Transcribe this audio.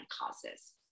causes